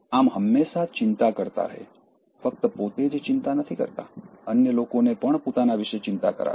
આમ હંમેશાં ચિંતા કરતા રહે ફક્ત પોતે જ ચિંતા નથી કરતાં અન્ય લોકોને પણ પોતાના વિશે ચિંતા કરાવે